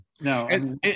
no